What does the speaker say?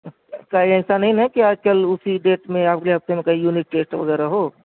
کہیں ایسا نہیں نا کہ آج کل اسی ڈیٹ میں اگلے ہفتے میں کہیں یونٹ ٹیسٹ وغیرہ ہو